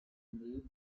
nebel